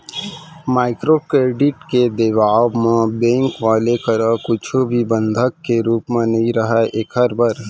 micro credit के देवब म बेंक वाले करा कुछु भी बंधक के रुप म नइ राहय ऐखर बर